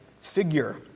figure